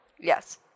Yes